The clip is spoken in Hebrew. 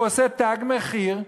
הוא עושה "תג מחיר",